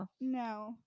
No